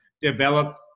develop